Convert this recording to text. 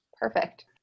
Perfect